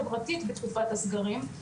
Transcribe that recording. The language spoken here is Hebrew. חברתית בתקופת הסגרים,